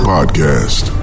Podcast